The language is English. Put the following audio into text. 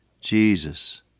Jesus